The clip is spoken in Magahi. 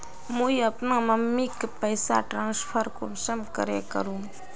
मुई अपना मम्मीक पैसा ट्रांसफर कुंसम करे करूम?